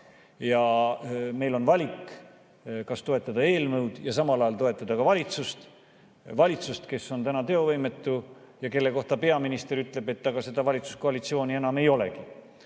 ära. Meil on valik: toetada eelnõu ja samal ajal toetada ka valitsust – valitsust, kes on täna teovõimetu ja kelle kohta peaminister ütleb, et seda valitsuskoalitsiooni enam ei olegi.